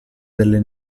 delle